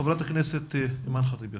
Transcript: חברת הכנסת אימאן ח'טיב יאסין.